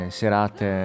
serate